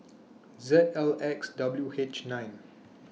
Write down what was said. Z L X W H nine